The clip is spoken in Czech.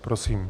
Prosím.